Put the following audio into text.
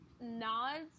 nods